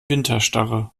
winterstarre